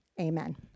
Amen